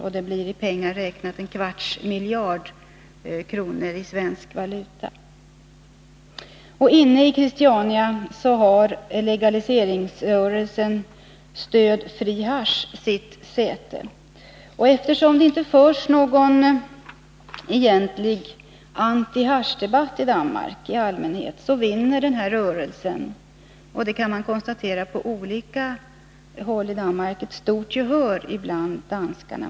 I pengar räknat omsätts en kvarts miljard kronor i svensk valuta. Inne i Christiania har legaliseringsrörelsen Stöd fri hasch sitt säte. Eftersom det i allmänhet inte förs någon egentlig antihaschdebatt i Danmark, vinner den här rörelsen. Man kan konstatera på olika håll i Danmark att rörelsens propaganda har stort gehör bland danskar.